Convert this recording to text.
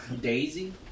Daisy